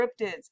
cryptids